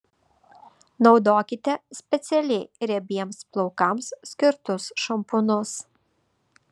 naudokite specialiai riebiems plaukams skirtus šampūnus